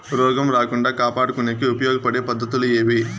రోగం రాకుండా కాపాడుకునేకి ఉపయోగపడే పద్ధతులు ఏవి?